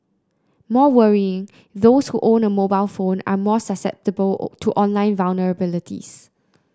more worrying those who own a mobile phone are more susceptible to online vulnerabilities